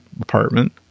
apartment